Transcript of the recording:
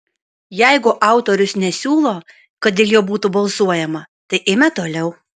jeigu autorius nesiūlo kad dėl jo būtų balsuojama tai eime toliau